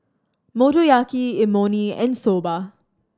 Motoyaki Imoni and Soba